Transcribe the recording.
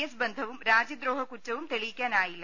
S ബന്ധവും രാജ്യ ദ്രോഹക്കുറ്റവും തെളിയിക്കാനായില്ല